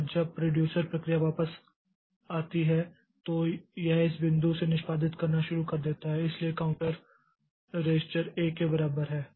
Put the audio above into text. और जब प्रोड्यूसर प्रक्रिया वापस आती है तो यह इस बिंदु से निष्पादित करना शुरू कर देता है इसलिए काउंटर रजिस्टर 1 के बराबर है